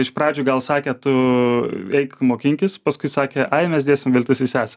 iš pradžių gal sakė tu eik mokinkis paskui sakė ai mes dėsim viltis į sesę